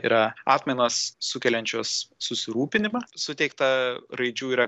yra atmainos sukeliančios susirūpinimą suteikta raidžių yra